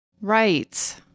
Right